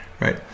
right